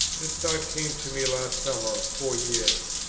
this thought came to me last summer four years.